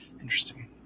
Interesting